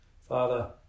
Father